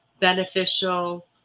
beneficial